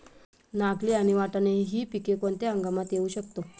नागली आणि वाटाणा हि पिके कोणत्या हंगामात घेऊ शकतो?